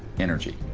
energy.